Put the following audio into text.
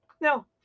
no